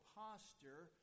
posture